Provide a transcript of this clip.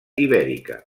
ibèrica